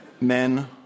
Men